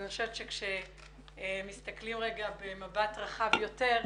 אני חושבת שכאשר מסתכלים במבט רחב יותר,